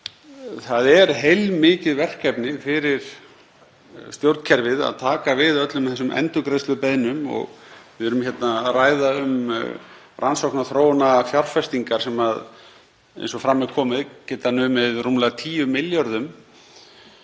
Það er heilmikið verkefni fyrir stjórnkerfið að taka við öllum þessum endurgreiðslubeiðnum. Við erum hérna að ræða um rannsókna- og þróunarfjárfestingar sem, eins og fram hefur komið, geta numið rúmlega 10 milljörðum.